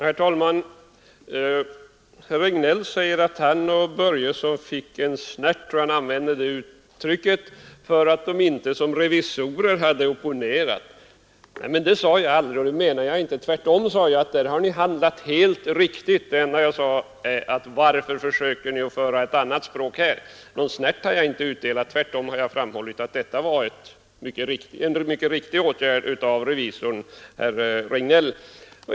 Herr talman! Herr Regnéll säger att han och herr Börjesson i Glömminge fick en snärt för att de som revisorer inte hade opponerat sig. Men jag sade inte något som kan tolkas på det sättet, utan jag framhöll tvärtom att ni som revisorer hade handlat helt riktigt. Jag bara frågade varför ni här för ett annat språk. Någon snärt har jag alltså inte utdelat utan i stället framhållit att detta var en mycket riktig åtgärd av revisorn herr Regnéll.